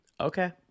Okay